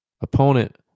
opponent